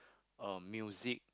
a music